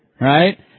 Right